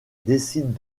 décident